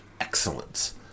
excellence